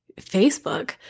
Facebook